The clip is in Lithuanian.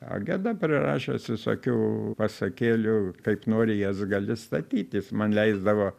o geda prirašęs visokių pasakėlių kaip nori jas gali statytis man leisdavo